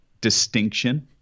distinction